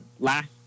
Last